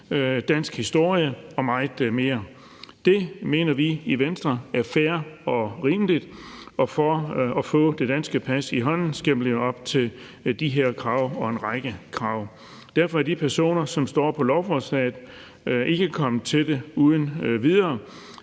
dansk historie og meget mere. Det mener vi i Venstre er fair og rimeligt, og for at få det danske pas i hånden, skal man leve op til de her krav og en række andre krav. Derfor er de personer, som står på lovforslaget, ikke kommet til det uden videre.